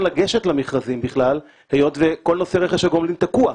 לגשת למכרזים היות וכל נושא רכש הגומלין תקוע.